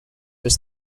was